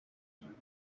kibungo